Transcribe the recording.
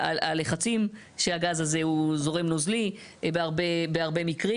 הלחצים שהגז הזה הוא זורם נוזלי בהרבה מקרים,